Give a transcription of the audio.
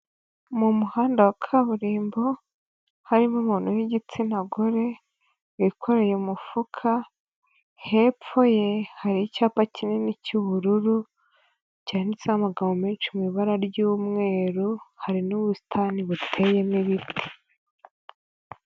Mu muhanda wa kaburimbo harimo umuntu w'igitsina gore, yikoreye umufuka, hepfo ye hari icyapa kinini cy'ubururu, cyanditseho amagambo menshi mu ibara ry'umweru, hari n'ubusitani buteyemo ibiti.